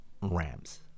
Rams